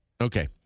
Okay